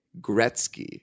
Gretzky